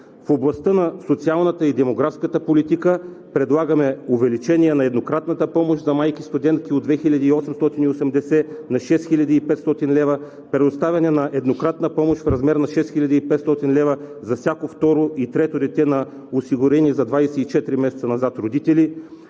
В областта на социалната и демографската политика предлагаме увеличение на еднократната помощ за майки-студентки от 2880 на 6500 лв.; предоставяне на еднократна помощ – в размер на 6500 лв. за всяко второ и трето дете на осигурени за 24 месеца назад родители;